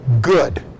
good